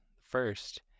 First